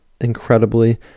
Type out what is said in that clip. incredibly